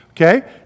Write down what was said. Okay